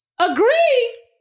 Agree